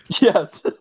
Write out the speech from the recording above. Yes